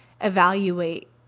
evaluate